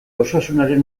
osasunaren